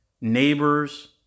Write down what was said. neighbors